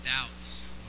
doubts